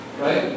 right